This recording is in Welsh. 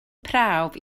prawf